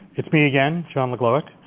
it's me again, john legloahec,